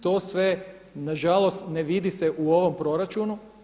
To sve nažalost ne vidi se u ovom proračunu.